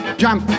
jump